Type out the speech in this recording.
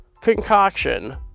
concoction